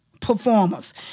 performers